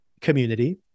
community